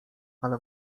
ale